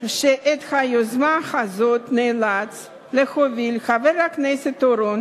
שאת היוזמה הזאת נאלץ להוביל חבר הכנסת אורון